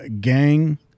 gang